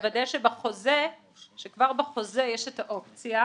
לוודא שכבר בחוזה יש את האופציה.